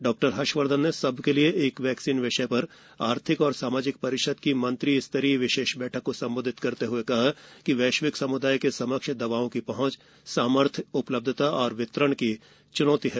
डॉ हर्षवर्धन ने सबके लिए एक वैक्सीन विषय पर आर्थिक और सामाजिक परिषद की मंत्री स्तरीय विशेष बैठक को संबोधित करते हुए कहा कि वैश्विक सम्दाय के समक्ष दवाओं की पहंच सामर्थ्य उपलब्धता और वितरण की च्नौती है